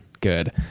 Good